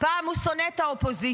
פעם הוא שונא את האופוזיציה.